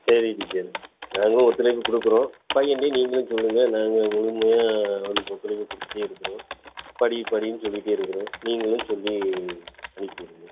சரிங்க டீச்சர் நாங்களும் ஒத்துழைப்பு கொடுக்குறோம் பையன்ட்டையும் நீங்களும் சொல்லுங்கள் நாங்கள் முழுமையா அவனுக்கு ஒத்துழைப்பு கொடுத்துட்டே இருக்கிறோம் படி படின்னு சொல்லிட்டே இருக்கிறேன் நீங்களும் சொல்லி அனுப்பிவிடுங்க